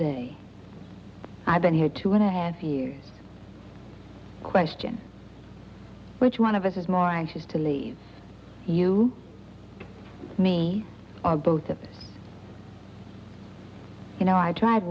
that i've been here two and a half years question which one of us is more anxious to leave you me are both of you know i tried